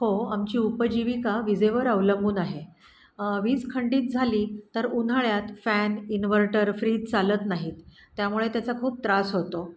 हो आमची उपजीविका विजेवर अवलंबून आहे वीज खंडीत झाली तर उन्हाळ्यात फॅन इन्व्हर्टर फ्रीज चालत नाहीत त्यामुळे त्याचा खूप त्रास होतो